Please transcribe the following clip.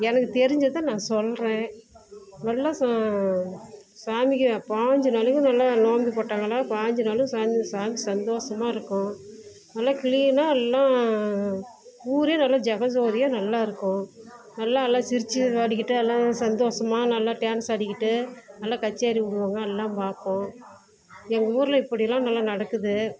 எனக்கு தெரிஞ்சதை நான் சொல்கிறேன் நல்லா சாமிக்கு பாஞ்சு நாளைக்கு நல்லா நோம்பு போட்டாங்கன்னா பாஞ்சு நாள் சாமி சந்தோஷமா இருக்கும் நல்லா க்ளீனாக எல்லாம் ஊரே நல்லா ஜெகஜோதியா நல்லாயிருக்கும் நல்லா எல்லாம் சிரித்து ஓடிக்கிட்டு எல்லாம் சந்தோஷமா எல்லாம் டான்ஸ் ஆடிக்கிட்டு நல்லா கச்சேரி விடுவாங்க எல்லாம் பார்ப்போம் எங்கள் ஊரில் இப்படியெல்லாம் நல்லா நடக்குது